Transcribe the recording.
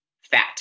fat